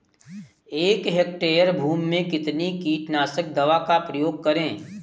एक हेक्टेयर भूमि में कितनी कीटनाशक दवा का प्रयोग करें?